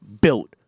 Built